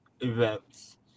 events